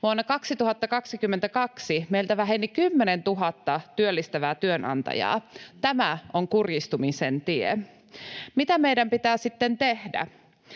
Vuonna 2022 meiltä väheni 10 000 työllistävää työnantajaa. Tämä on kurjistumisen tie. Mitä meidän pitää sitten tehdä?